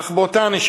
מתחייב אני מאיר כהן,